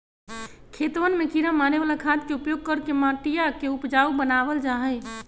खेतवन में किड़ा मारे वाला खाद के उपयोग करके मटिया के उपजाऊ बनावल जाहई